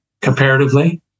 comparatively